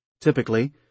Typically